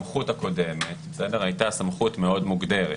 הסמכות הקודמת הייתה סמכות מאוד מוגדרת,